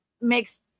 Makes